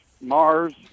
Mars